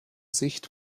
sicht